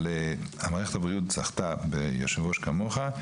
מערכת הבריאות זכתה ביושב ראש כמוך.